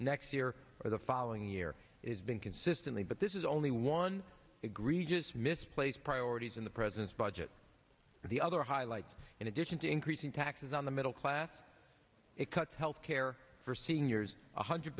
next year or the following year is been consistently but this is only one egregious misplaced priorities in the president's budget the other highlights in addition to increasing taxes on the middle class it cuts health care for seniors one hundred